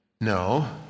No